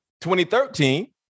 2013